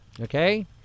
okay